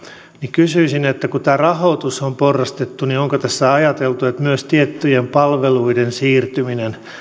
kysyisin kun tämä rahoitus on porrastettu onko tässä ajateltu että myös tiettyjen palveluiden siirtyminen